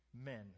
men